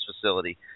facility